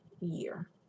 year